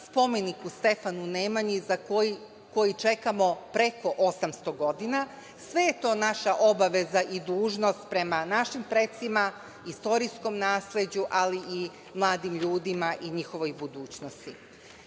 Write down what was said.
spomenik Stefanu Nemanji, koji čekamo preko 800 godina. Sve je to naša obaveza i dužnost prema našim precima, istorijskom nasleđu, ali i mladim ljudima i njihovoj budućnosti. Sve